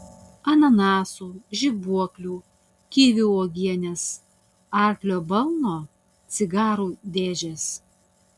ananasų žibuoklių kivių uogienės arklio balno cigarų dėžės